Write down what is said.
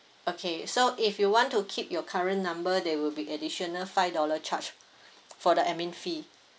okay so if you want to keep your current number there will be additional five dollar charge for the admin fee